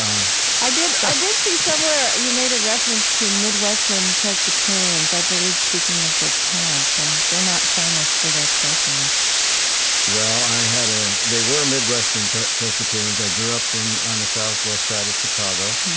i did i did see somewhere you made a reference to midwestern presbyterians, i believe speaking of your parents. and they're not famous for their playfulness well, i had a they were midwestern presbyterians. i grew up and on the southwest side of chicago.